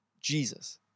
Jesus-